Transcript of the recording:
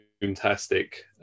fantastic